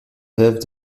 veuve